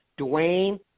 Dwayne